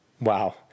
Wow